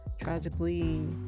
tragically